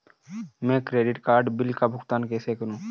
मैं credit card bill का भुगतान कैसे करूं?